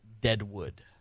Deadwood